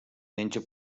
menja